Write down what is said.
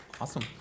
awesome